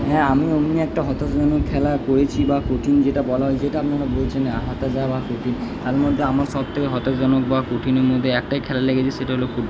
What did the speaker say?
হ্যাঁ আমি অমনি একটা হতাশজনক খেলা করেছি বা কঠিন যেটা বলা হয় যেটা আপনারা বলছেন হতাশা বা কঠিন তার মধ্যে আমার সব থেকে হতাশজনক বা কঠিনের মধ্যে একটাই খেলা লেগেছে সেটা হলো ফুটবল